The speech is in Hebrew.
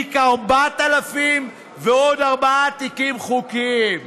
תיק 4000 ועוד ארבעה תיקים חוקיים.